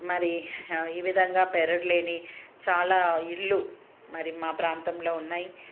మరి ఈ విధంగా పెరడులేని చాలా ఇళ్ళు మరి మా ప్రాంతంలో ఉన్నాయి